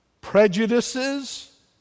prejudices